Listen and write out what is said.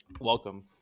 Welcome